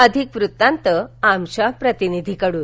अधिक वृतांत आमच्या प्रतिनिधीकडून